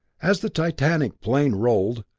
as the titanic plane rolled,